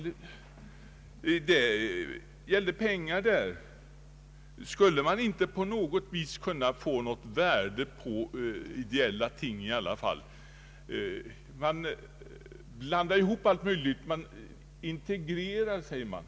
Det gällde pengar i detta fall. Skulle man inte i alla fall på något sätt kunna få något värde på ideella ting? Man blandar nu för tiden ofta ihop allt möjligt, man integrerar, som man säger.